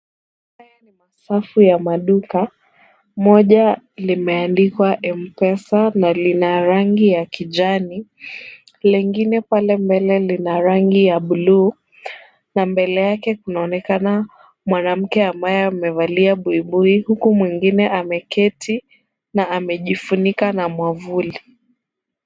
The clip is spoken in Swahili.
Safu ya maduka moja limeandikwa Mpesa na lina rangi la kijani ,lingine pale mbele lina rangi ya bluu na mbele yake kunaonekana mwanamke ambaye amevalia buibui ,huku mwingine ameketi na amejivunika mwavuli.